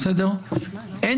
--- זו